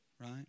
right